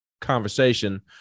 conversation